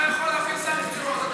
אתה יכול להפעיל סנקציות,